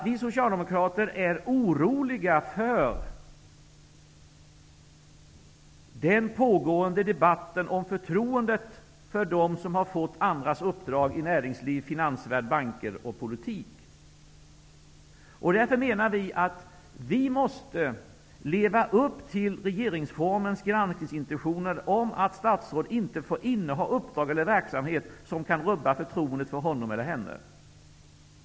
Vi socialdemokrater är oroliga för den debatt som pågår om förtroendet för dem som har fått andras uppdrag i näringsliv, finansvärld, banker och politik. Därför menar vi att vi måste leva upp till regeringsformens intentioner om att statsråd inte får inneha uppdrag eller utöva verksamhet som kan rubba förtroendet för honom eller henne.